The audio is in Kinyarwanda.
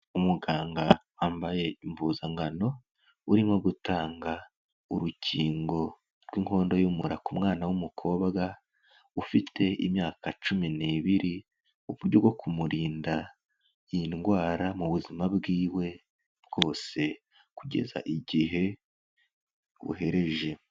Umuganga wambaye impuzangano, urimo gutanga urukingo rw'inkondo y'umura ku mwana w'umukobwa ufite imyaka cumi n'ibiri, uburyo bwo kumurinda iyi ndwara mu buzima bwiwe bwose kugeza igihe buhereje.